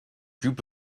group